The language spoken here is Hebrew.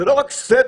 זה לא רק סדר.